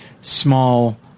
small